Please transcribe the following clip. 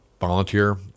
volunteer